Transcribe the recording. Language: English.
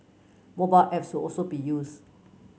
mobile apps will also be used